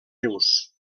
rius